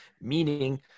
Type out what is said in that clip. meaning